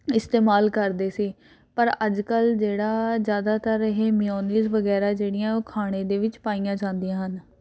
ਇਸਤੇਮਾਲ ਕਰਦੇ ਸੀ ਪਰ ਅੱਜ ਕੱਲ੍ਹ ਜਿਹੜਾ ਜ਼ਿਆਦਾਤਰ ਇਹ ਮਿਓਨੀਸ ਵਗੈਰਾ ਜਿਹੜੀਆਂ ਉਹ ਖਾਣੇ ਦੇ ਵਿੱਚ ਪਾਈਆਂ ਜਾਂਦੀਆਂ ਹਨ